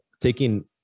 taking